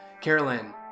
Carolyn